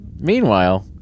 Meanwhile